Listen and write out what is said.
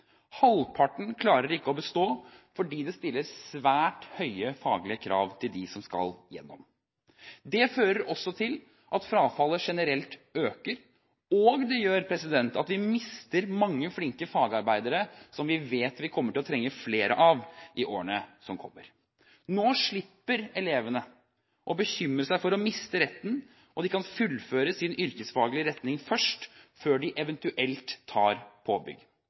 Halvparten klarer ikke å bestå fordi det stilles svært høye faglige krav til dem som skal igjennom. Det fører også til at frafallet generelt øker, og det gjør at vi mister mange flinke fagarbeidere som vi vet vi kommer til å trenge flere av i årene som kommer. Nå slipper elevene å bekymre seg for å miste retten, og de kan fullføre sin yrkesfaglige retning først, før de eventuelt tar